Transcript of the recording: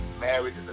marriage